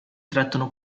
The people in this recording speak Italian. trattano